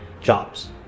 jobs